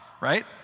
Right